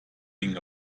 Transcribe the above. being